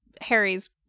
Harry's